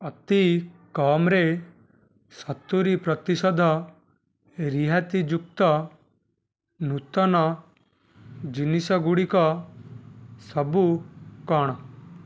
ଅତିକମ୍ରେ ସତୁରୀ ପ୍ରତିଶତ ରିହାତିଯୁକ୍ତ ନୂତନ ଜିନିଷଗୁଡ଼ିକ ସବୁ କ'ଣ